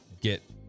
get